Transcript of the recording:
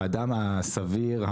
האדם הסביר,